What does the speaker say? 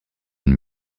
une